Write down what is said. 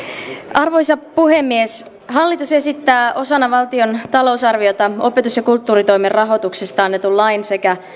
arvoisa puhemies hallitus esittää osana valtion talousarviota opetus ja kulttuuritoimen rahoituksesta annetun lain sekä